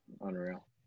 unreal